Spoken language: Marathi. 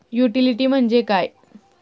युटिलिटी म्हणजे काय?